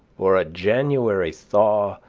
or a january thaw,